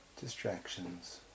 distractions